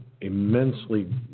immensely